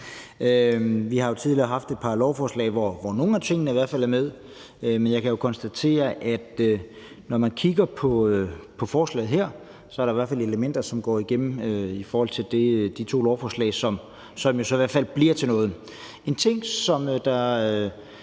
Vi har jo tidligere haft et par lovforslag, hvor nogle af tingene i hvert fald er med, men jeg kan konstatere, at der, når man kigger på forslaget her, er elementer, som går igen i forhold til de to lovforslag, som jo så i hvert fald bliver til noget. En ting, som